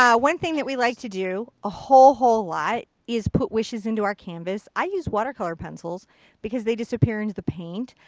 um one thing that we like to do a whole whole lot is put wishes into our canvas. i use watercolor pencil because they disappear into paint.